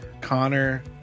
Connor